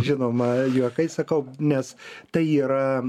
žinoma juokais sakau nes tai yra